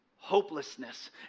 Hopelessness